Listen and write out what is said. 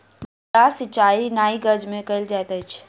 माद्दा सिचाई नाइ गज में कयल जाइत अछि